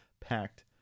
packed